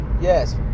Yes